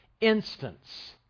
instance